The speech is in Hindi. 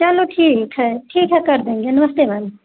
चलो ठीक है ठीक है कर देना नमस्ते भाई